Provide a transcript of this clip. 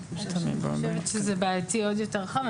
אני חושבת שזה בעייתי עוד יותר רחב.